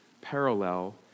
parallel